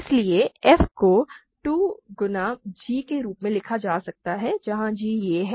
इसलिए f को 2 गुना g के रूप में लिखा जा सकता है जहां g यह है